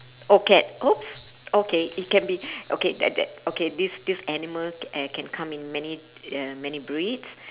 oh cat !oops! okay it can be okay that that okay this this animal uh can come in many uh many breeds